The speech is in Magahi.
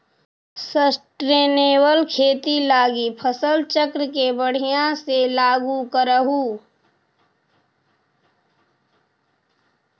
सस्टेनेबल खेती लागी फसल चक्र के बढ़ियाँ से लागू करहूँ